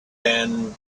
and